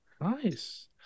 Nice